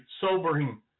sobering